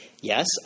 yes